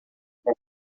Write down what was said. com